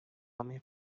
بانام